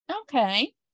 Okay